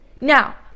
Now